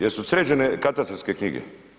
Jesu sređene katastarske knjige?